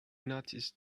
noticed